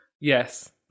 Yes